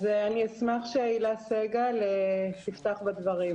אני אשמח שהילה סגל תפתח בדברים.